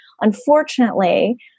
Unfortunately